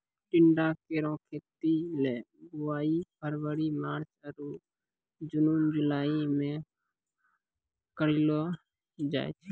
टिंडा केरो खेती ल बुआई फरवरी मार्च आरु जून जुलाई में कयलो जाय छै